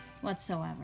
Whatsoever